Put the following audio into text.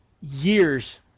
years